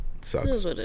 sucks